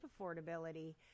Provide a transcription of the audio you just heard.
affordability